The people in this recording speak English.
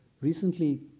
Recently